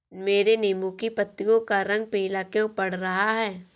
मेरे नींबू की पत्तियों का रंग पीला क्यो पड़ रहा है?